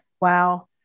wow